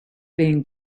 being